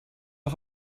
auf